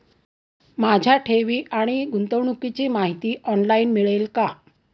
माझ्या ठेवी आणि गुंतवणुकीची माहिती ऑनलाइन मिळेल का?